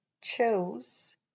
chose